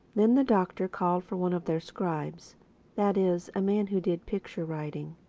then the doctor called for one of their scribes that is, a man who did picture-writing.